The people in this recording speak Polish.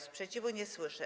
Sprzeciwu nie słyszę.